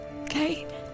Okay